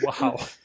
Wow